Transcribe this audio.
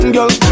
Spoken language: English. Girl